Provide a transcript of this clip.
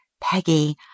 Peggy